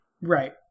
Right